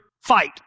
fight